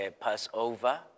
Passover